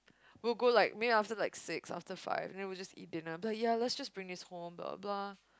we'll go like maybe after like six after five and then we'll just eat dinner but ya let's just bring this home blah blah blah